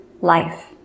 life